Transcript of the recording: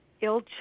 ill